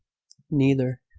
neither.